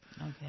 Okay